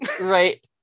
Right